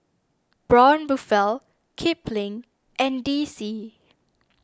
Braun Buffel Kipling and D C